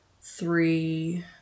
three